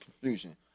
confusion